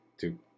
Two